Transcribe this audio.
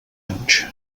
anys